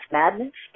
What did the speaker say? madness